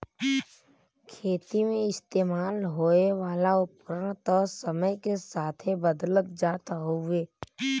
खेती मे इस्तेमाल होए वाला उपकरण त समय के साथे बदलत जात हउवे